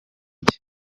jye